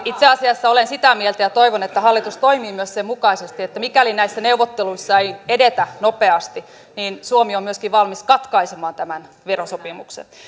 itse asiassa olen sitä mieltä ja toivon että hallitus toimii myös sen mukaisesti että mikäli näissä neuvotteluissa ei edetä nopeasti niin suomi on myöskin valmis katkaisemaan tämän verosopimuksen